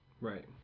Right